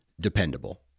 dependable